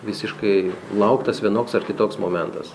visiškai lauktas vienoks ar kitoks momentas